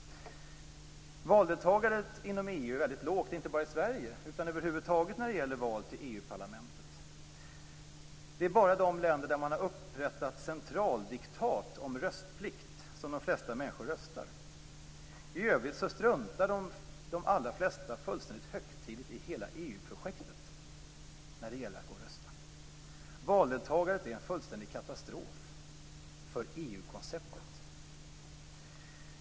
Valdeltagandet inom EU är väldigt lågt, inte bara i Sverige utan över huvud taget när det gäller val till EU-parlamentet. Det är bara i de länder där man har upprättat centraldiktat om röstplikt som de flesta människor röstar. I övrigt struntar de allra flesta fullständigt och högtidligt i hela EU-projektet när det gäller att gå och rösta. Valdeltagandet är en fullständig katastrof för EU-konceptet.